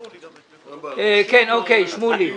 אוקיי, שמולי.